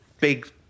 big